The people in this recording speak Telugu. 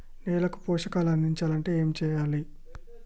నేలకు పోషకాలు అందించాలి అంటే ఏం చెయ్యాలి?